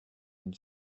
une